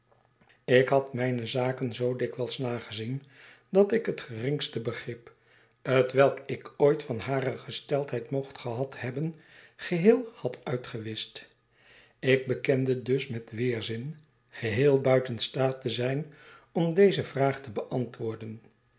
ik had mijne zaken zoo dikwijls nagezien dat ik het geringste begrip t welk ik ooit van hare gesteldheid mocht gehad hebben gegeheel had uitgewischt ik bekende dus met weerzin geheel buiteh staat te zijn om deze vraag te beantwoorden